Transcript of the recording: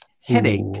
headache